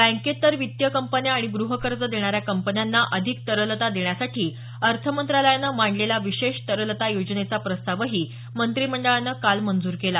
बँकेतर वित्तीय कंपन्या आणि ग्रहकर्ज देणाऱ्या कंपन्यांना अधिक तरलता देण्यासाठी अर्थमंत्रालयानं मांडलेला विशेष तरलता योजनेचा प्रस्तावही मंत्रिमंडळानं काल मंजूर केला